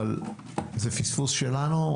זה פספוס שלנו.